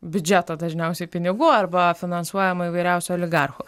biudžeto dažniausiai pinigų arba finansuojama įvairiausių oligarchų